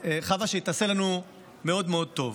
חוה, שחקיקה שכזאת תעשה לנו מאוד מאוד טוב.